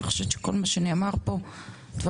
אני חושבת שכל מה שנאמר פה הוא חשוב.